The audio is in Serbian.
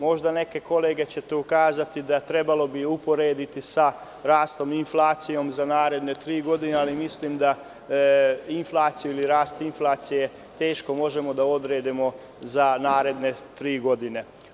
Možda će neke kolege kazati da bi trebalo uporediti sa rastom inflacije za naredne tri godine, ali mislim da inflacija ili rast inflacije teško možemo da odredimo za naredne tri godine.